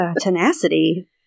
tenacity